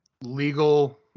legal